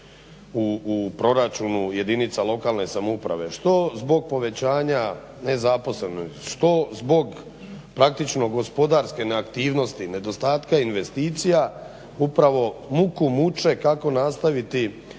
u proračunu jedinica lokalne samouprave što zbog povećanja nezaposlenosti, što zbog praktično gospodarske neaktivnosti, nedostatka investicija upravo muku muče kako nastaviti